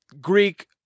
Greek